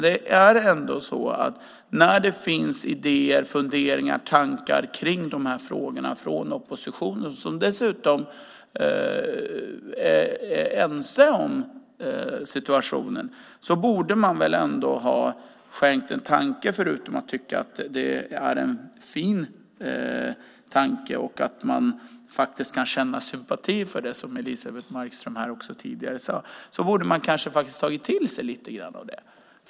Men det finns idéer, funderingar och tankar om de här frågorna från oppositionen, som dessutom är ense om situationen. Därför borde regeringen väl ändå ha skänkt detta en tanke förutom att tycka att det är fint och att man kan känna sympati för det som Elisebeht Markström tidigare sade. Regeringen borde kanske ha tagit till sig lite av det.